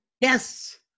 Yes